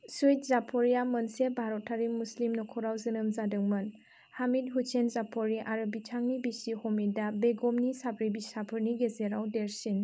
सुइद जाफरीआ मोनसे भारतारि मुस्लिम नखराव जोनोम जादोंमोन हामिद हुसैन जाफरी आरो बिथांनि बिसि हमीदा बेगमनि साब्रै फिसाफोरनि गेजेराव देरसिन